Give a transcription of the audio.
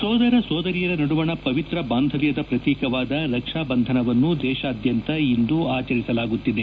ಸೋದರ ಸೋದರಿಯರ ನಡುವಣ ಪವಿತ್ರ ಬಾಂಧವ್ಯದ ಪ್ರತೀಕವಾದ ರಕ್ಷಾ ಬಂಧನವನ್ನು ದೇತಾದ್ಯಂತ ಇಂದು ಆಚರಿಸಲಾಗುತ್ತಿದೆ